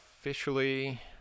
officially